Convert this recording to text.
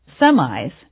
semis